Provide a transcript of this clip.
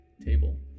table